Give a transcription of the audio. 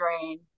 drain